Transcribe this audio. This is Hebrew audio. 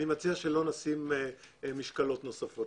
אני מציע שלא נשים משקלות נוספות